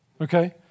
okay